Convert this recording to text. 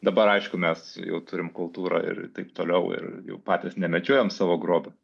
dabar aišku mes jau turim kultūrą ir taip toliau ir jau patys nemedžiojam savo grobio